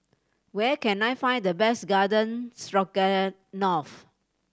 where can I find the best Garden Stroganoff